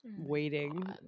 waiting